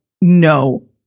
no